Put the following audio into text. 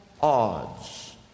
odds